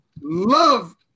loved